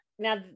Now